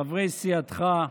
חברי סיעתך.